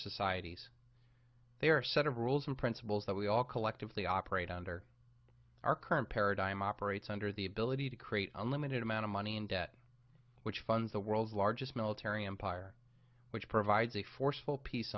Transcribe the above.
societies there are set of rules and principles that we all collectively operate under our current paradigm operates under the ability to create unlimited amount of money in debt which funds the world's largest military empire which provides a forceful piece